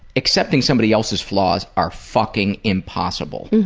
accepting somebody else's flaws are fucking impossible.